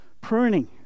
pruning